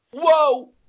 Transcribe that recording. Whoa